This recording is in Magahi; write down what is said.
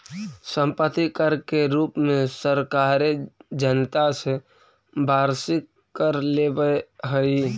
सम्पत्ति कर के रूप में सरकारें जनता से वार्षिक कर लेवेऽ हई